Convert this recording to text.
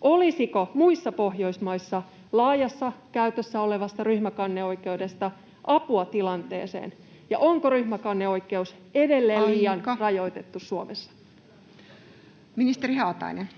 olisiko muissa Pohjoismaissa laajassa käytössä olevasta ryhmäkanneoikeudesta apua tilanteeseen, ja onko ryhmäkanneoikeus edelleen liian [Puhemies: Aika!] rajoitettu Suomessa? Ministeri Haatainen.